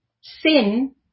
sin